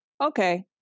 Okay